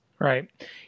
Right